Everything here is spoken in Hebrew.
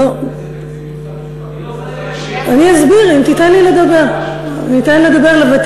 סליחה, אפשר לדעת באיזה תקציבים מדובר?